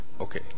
okay